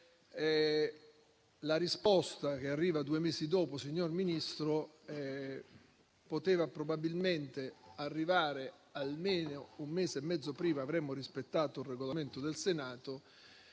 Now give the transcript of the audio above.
la risposta che arriva due mesi dopo, signor Ministro, poteva probabilmente arrivare almeno un mese e mezzo prima; avremmo rispettato il Regolamento del Senato